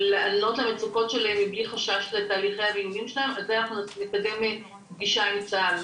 את זה נקדם בפגישה עם צה"ל.